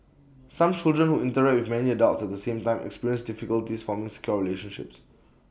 some children who interact with many adults at the same time experience difficulties forming secure relationships